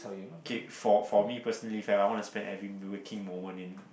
okay for for me personally if I want to spend every working moment in